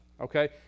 Okay